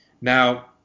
now